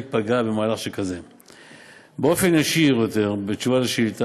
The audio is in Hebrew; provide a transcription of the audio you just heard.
נדמה לי שזה מבהיר ומסביר את כל ההבדל בינינו לביניכם